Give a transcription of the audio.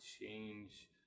change